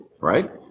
right